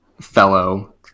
fellow